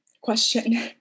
question